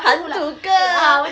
hantu ke